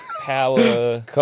power